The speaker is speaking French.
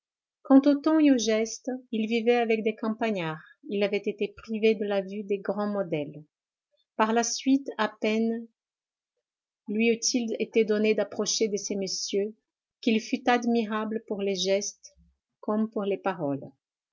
quant au ton et aux gestes il vivait avec des campagnards il avait été privé de la vue des grands modèles par la suite à peine lui eut-il été donné d'approcher de ces messieurs qu'il fut admirable pour les gestes comme pour les paroles